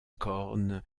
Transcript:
corne